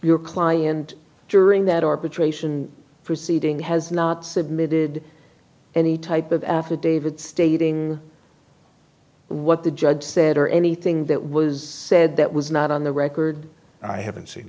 your client during that arbitration proceeding has not submitted any type of affidavit stating what the judge said or anything that was said that was not on the record and i haven't seen